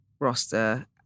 roster